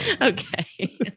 Okay